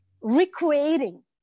recreating